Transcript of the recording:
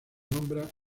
nombra